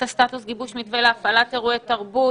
סטטוס גיבוש מתווה להפעלת אירועי תרבות.